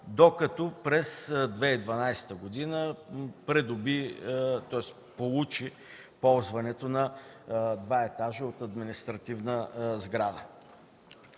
докато през 2012 г. получи ползването на два етажа от административна сграда.